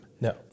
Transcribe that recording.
No